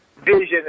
vision